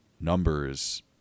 numbers